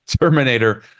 Terminator